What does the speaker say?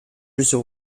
resort